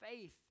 faith